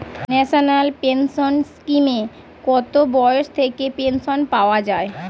National pension স্কিমে কত বয়স থেকে পেনশন পাওয়া যায়?